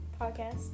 Podcast